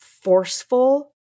forceful